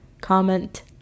comment